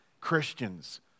Christians